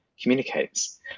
communicates